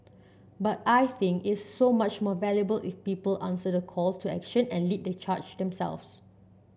but I think it's so much more valuable if people answer the call to action and lead the charge themselves